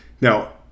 Now